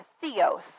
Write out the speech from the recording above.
theos